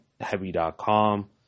Heavy.com